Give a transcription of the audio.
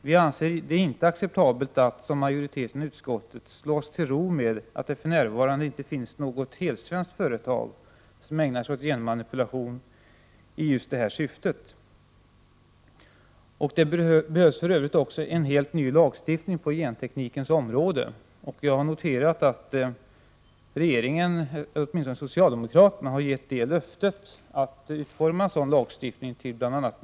Vi anser det inte acceptabelt att, som majoriteten i utskottet förordar, slå oss till ro med att det för närvarande inte finns något helsvenskt företag som ägnar sig åt genmanipulation i det här syftet. Det behövs för övrigt en helt ny lagstiftning på genteknikens område. Jag har noterat att socialdemokraterna före valet gav bl.a.